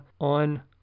on